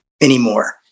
anymore